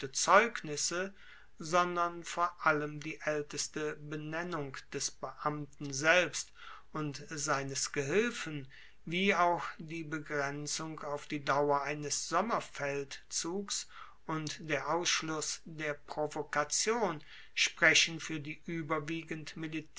zeugnisse sondern vor allem die aelteste benennung des beamten selbst und seines gehilfen wie auch die begrenzung auf die dauer eines sommerfeldzugs und der ausschluss der provokation sprechen fuer die ueberwiegend